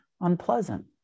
unpleasant